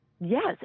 Yes